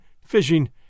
fishing